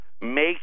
make